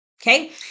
okay